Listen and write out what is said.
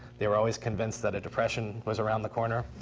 they were always convinced that a depression was around the corner.